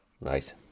Nice